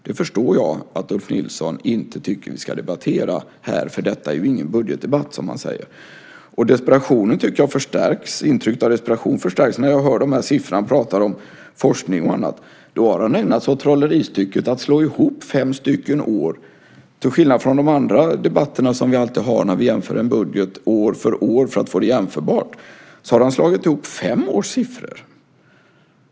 Det förstår jag att Ulf Nilsson inte tycker att vi ska debattera, för detta är ju, som han säger, ingen budgetdebatt. Intrycket av desperation förstärks dock när jag hör den siffran. Ulf Nilsson talar om forskning och annat och har då ägnat sig åt trolleritricket att slå ihop fem år. Till skillnad från våra andra debatter, när vi jämför en budget år för år för att få det jämförbart, har han slagit ihop fem års siffror.